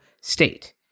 State